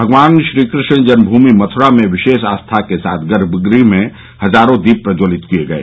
भगवान श्रीकृष्ण जन्मभूमि मथुरा में विशेष आस्था के साथ गर्भगृह में हजारों दीप प्रज्वलित किये गये